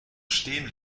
stehen